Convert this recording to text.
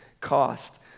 cost